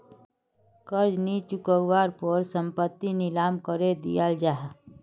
कर्ज नि चुक्वार पोर संपत्ति नीलाम करे दियाल जाहा